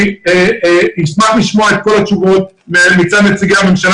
אני אשמח לשמוע את כל התשובות מטעם נציגי הממשלה